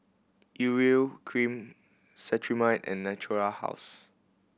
Urea Cream Cetrimide and Natura House